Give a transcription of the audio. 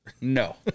No